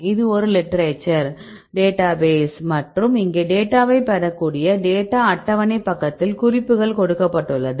இது ஒரு literature database மற்றும் இங்கே டேட்டாவைப் பெறக்கூடிய டேட்டா அட்டவணை பக்கத்தில் குறிப்புகள் கொடுக்கப்பட்டுள்ளது